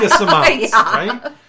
right